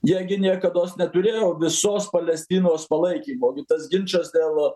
jie gi niekados neturėjo visos palestinos palaikymo gi tas ginčas dėl